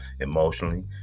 emotionally